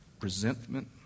Resentment